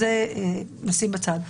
את זה נשים בצד.